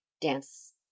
dance